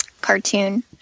cartoon